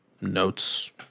notes